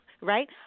right